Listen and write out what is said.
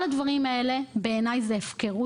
כל הדברים האלה הם בעיני הפקרות.